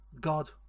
God